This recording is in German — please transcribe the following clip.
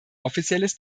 offizielles